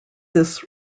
this